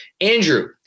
Andrew